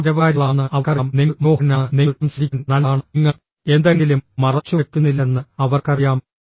നിങ്ങൾ നിരുപദ്രവകാരികളാണെന്ന് അവർക്കറിയാം നിങ്ങൾ മനോഹരനാണ് നിങ്ങൾ സംസാരിക്കാൻ നല്ലതാണ് നിങ്ങൾ എന്തെങ്കിലും മറച്ചുവെക്കുന്നില്ലെന്ന് അവർക്കറിയാം